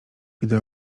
gdy